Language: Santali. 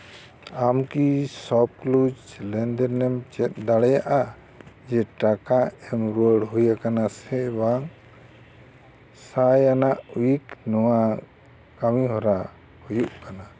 ᱟᱢ ᱠᱤ ᱥᱚᱯᱠᱞᱩᱥ ᱞᱮᱱᱫᱮᱱ ᱮᱢ ᱪᱮᱫ ᱫᱟᱲᱮᱭᱟᱜᱼᱟ ᱡᱮ ᱴᱟᱠᱟ ᱮᱢ ᱮᱩᱣᱟᱹᱲ ᱦᱩᱭ ᱟᱠᱟᱱᱟ ᱥᱮ ᱵᱟᱝ ᱥᱟᱭ ᱟᱱᱟᱜ ᱩᱭᱤᱠ ᱱᱚᱣᱟ ᱠᱟᱹᱢᱤᱦᱚᱨᱟ ᱦᱩᱭᱩᱜ ᱠᱟᱱᱟ